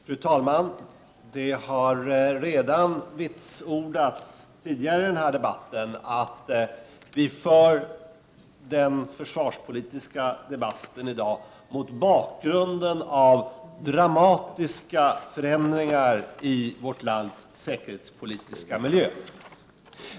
Fru talman! Det har redan vitsordats tidigare i denna debatt att vi för den försvarspolitiska debatten i dag mot bakgrunden av dramatiska förändringar i vårt lands säkerhetspolitiska miljö.